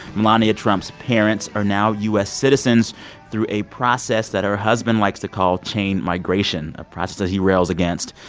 melania trump's parents are now u s. citizens through a process that her husband likes to call chain migration a process that he rails against.